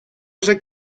вже